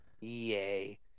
Yay